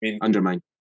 undermine